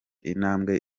intambwe